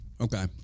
Okay